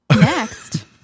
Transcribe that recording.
next